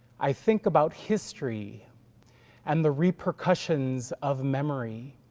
i think about history and the repercussions of memory.